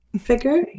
figure